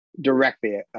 directly